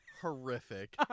horrific